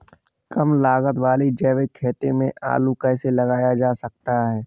कम लागत वाली जैविक खेती में आलू कैसे लगाया जा सकता है?